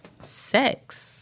sex